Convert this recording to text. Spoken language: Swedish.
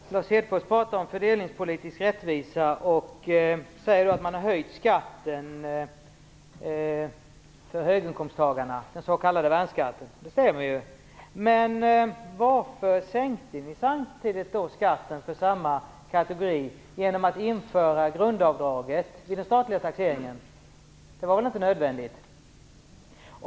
Fru talman! Lars Hedfors pratar om fördelningspolitisk rättvisa och säger att man har höjt skatten för höginkomsttagarna - den s.k. värnskatten. Det stämmer ju. Men varför sänkte ni samtidigt skatten för samma kategori genom att införa grundavdraget i den statliga taxeringen? Det var väl inte nödvändigt?